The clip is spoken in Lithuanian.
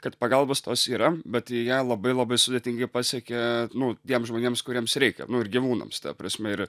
kad pagalbos tos yra bet į ją labai labai sudėtingai pasiekia nu tiems žmonėms kuriems reikia nu ir gyvūnams ta prasme ir